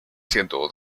siendo